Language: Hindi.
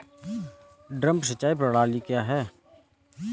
ड्रिप सिंचाई प्रणाली क्या है?